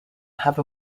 have